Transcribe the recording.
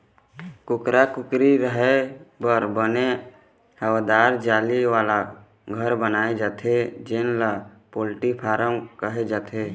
कुकरा कुकरी के रेहे बर बने हवादार जाली वाला घर बनाए जाथे जेन ल पोल्टी फारम कहे जाथे